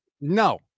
No